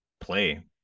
play